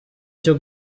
cyo